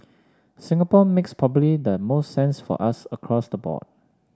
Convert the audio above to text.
Singapore makes probably the most sense for us across the board